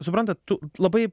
suprantat tu labai